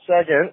Second